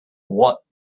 what